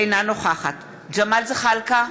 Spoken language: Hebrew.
אינה נוכחת ג'מאל זחאלקה,